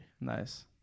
Nice